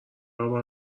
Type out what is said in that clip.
اول